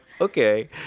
okay